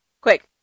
Quick